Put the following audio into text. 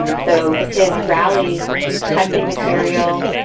and so his rallies, he's testing material.